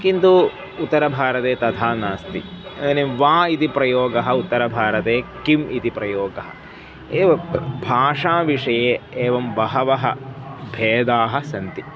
किन्तु उत्तरभारते तथा नास्ति इदानीं वा इति प्रयोगः उत्तरभारते किम् इति प्रयोगः एव भाषाविषये एवं बहवः भेदाः सन्ति